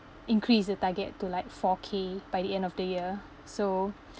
increase the target to like four K by the end of the year so